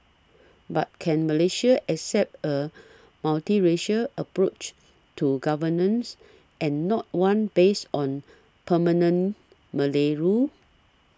but can Malaysia accept a multiracial approach to governance and not one based on permanent Malay rule